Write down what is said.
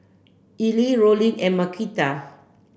Elie Rollin and Marquita